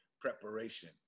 preparation